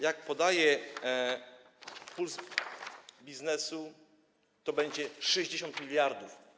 Jak podaje „Puls Biznesu”, to będzie 60 mld.